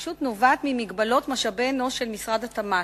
פשוט נובעת ממגבלות משאבי אנוש של משרד התמ"ת.